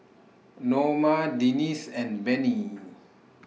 Noma Denese and Bennie